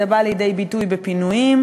זה בא לידי ביטוי בפינויים,